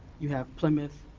you have plymouth